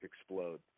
explode